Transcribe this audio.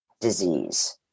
disease